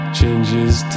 changes